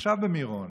עכשיו במירון